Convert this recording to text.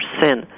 sin